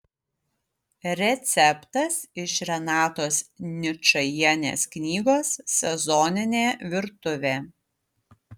receptas iš renatos ničajienės knygos sezoninė virtuvė